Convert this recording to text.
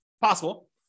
possible